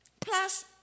Plus